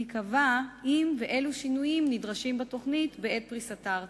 ייקבע אם ואילו שינויים נדרשים בתוכנית בעת פריסתה הארצית.